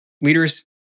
Leaders